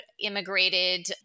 immigrated